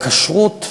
הכשרות,